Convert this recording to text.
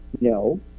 no